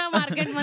market